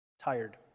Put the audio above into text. tired